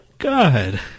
God